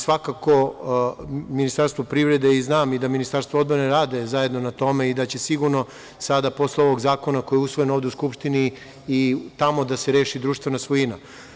Svakako Ministarstvo privrede i Ministarstvo odbrane rade zajedno na tome i da će sigurno sada posle ovog zakona koji je usvojen ovde u Skupštini i tamo da se reši društvena svojina.